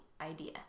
idea